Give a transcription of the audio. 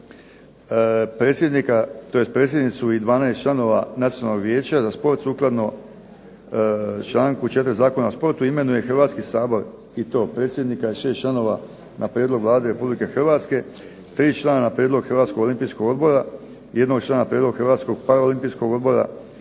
tajnice, tj. predsjednicu i članove vijeća za sport sukladno članku 4. Zakona o sportu imenuje Hrvatski sabor. I to predsjednika i 6 članova na prijedlog Vlade Republike Hrvatske, tri člana prijedlog Hrvatskog olimpijskog odbora, jednog člana prijedlog Hrvatskog paraolimpijskog odbora,